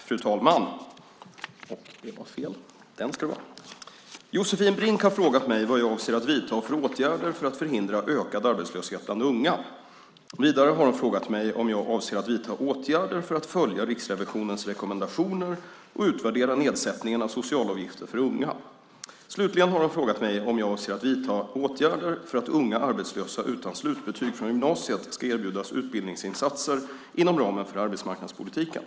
Fru talman! Josefin Brink har frågat mig vad jag avser att vidta för åtgärder för att förhindra ökad arbetslöshet bland unga. Vidare har hon frågat mig om jag avser att vidta åtgärder för att följa Riksrevisionens rekommendationer och utvärdera nedsättningen av socialavgifter för unga. Slutligen har hon frågat mig om jag avser att vidta åtgärder för att unga arbetslösa utan slutbetyg från gymnasiet ska erbjudas utbildningsinsatser inom ramen för arbetsmarknadspolitiken.